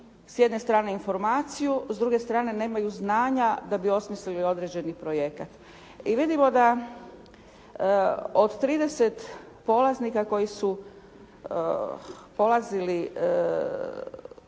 s jedne strane informaciju, s druge strane nemaju znanja da bi osmislili određeni projekat. I vidimo da od 30 polaznika koji su polazili